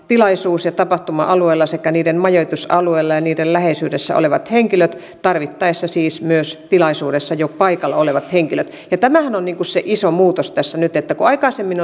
tilaisuuden tapahtuma alueilla sekä niiden majoitusalueilla ja niiden läheisyydessä olevat henkilöt tarvittaessa siis myös tilaisuudessa jo paikalla olevat henkilöt tämähän on se iso muutos tässä nyt että kun aikaisemmin